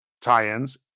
tie-ins